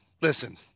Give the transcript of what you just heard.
listen